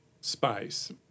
space